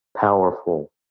powerful